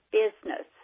business